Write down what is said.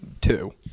two